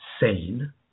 sane